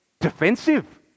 defensive